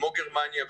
גרמניה,